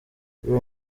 real